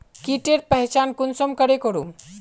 कीटेर पहचान कुंसम करे करूम?